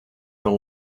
the